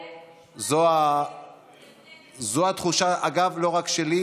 זו התחושה, מרגיש כמו בבית משפט לפני גירושין.